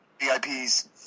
VIPs